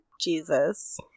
jesus